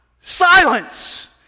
Silence